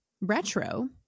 retro